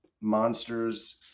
monsters